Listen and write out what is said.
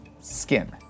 skin